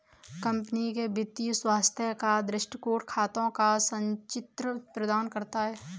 company के वित्तीय स्वास्थ्य का दृष्टिकोण खातों का संचित्र प्रदान करता है